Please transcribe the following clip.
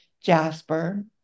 jasper